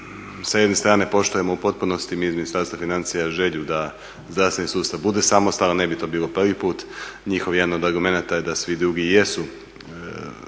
sa jedne strane poštujemo u potpunosti Ministarstva financija želju da zdravstveni sustav bude samostalan, ne bi to bilo prvi put. Njihov jedan od argumenata je da svi drugi jesu